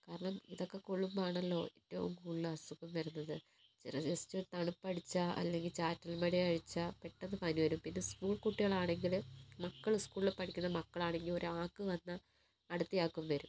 കാരണം ഇതൊക്കെ കൊളളുമ്പോൾ ആണല്ലോ ഏറ്റവും കൂടുതൽ അസുഖങ്ങൾ വരുന്നത് ജസ്റ്റ് തണുപ്പടിച്ചാൽ അല്ലെങ്കിൽ ചാറ്റൽ മഴയടിച്ചാൽ പെട്ടെന്ന് പനിവരും പിന്നെ സ്കൂൾ കുട്ടികളാണെങ്കില് മക്കള് സ്കൂളിൽ പഠിക്കണ മക്കളാണെങ്കിൽ ഒരാൾക്ക് വന്നാൽ അടുത്തയാൾക്കും വരും